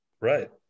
Right